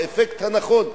באפקט הנכון,